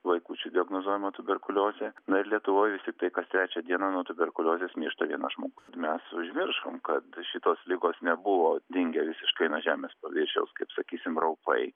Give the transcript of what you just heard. vaikučių diagnozuojama tuberkuliozė na ir lietuvoj vis tiktai kas trečią dieną nuo tuberkuliozės miršta vienas žmogus mes užmiršom kad šitos ligos nebuvo dingę visiškai nuo žemės paviršiaus kaip sakysim raupai